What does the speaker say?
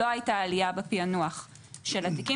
אבל לא הייתה עלייה בפיענוח של התיקים